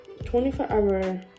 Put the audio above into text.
24-hour